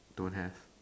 don't have